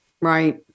Right